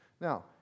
now